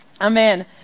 amen